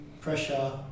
pressure